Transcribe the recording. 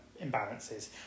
imbalances